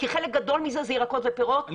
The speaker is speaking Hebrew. כי חלק גדול מזה זה ירקות ופירות אני